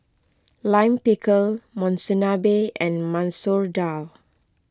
Lime Pickle Monsunabe and Masoor Dal